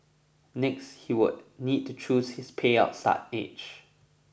next he would need to choose his payout start age